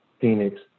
Phoenix